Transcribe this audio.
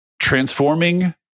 transforming